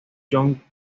john